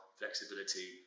flexibility